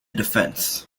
defence